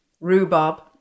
rhubarb